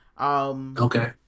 Okay